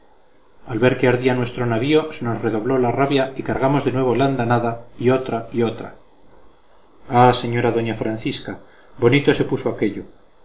al ver que ardía nuestro navío se nos redobló la rabia y cargamos de nuevo la andanada y otra y otra ah señora doña francisca bonito se puso aquello